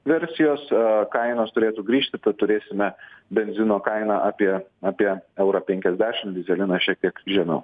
versijos kainos turėtų grįžti tad turėsime benzino kainą apie apie eurą penkiasdešim dyzeliną šiek tiek žemiau